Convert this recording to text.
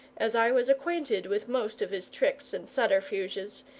as i was acquainted with most of his tricks and subterfuges,